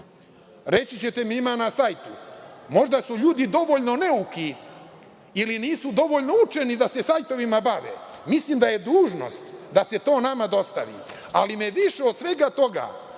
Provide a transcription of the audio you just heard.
Reći ćete mi da ima na sajtu. Možda su ljudi dovoljno neuki ili nisu dovoljno učeni da se sajtovima bave. Mislim da je dužnost da se to nama dostavi. Ali, više od svega toga